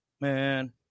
man